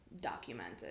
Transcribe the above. documented